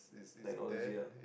technology ah